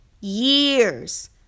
years